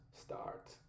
start